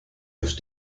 los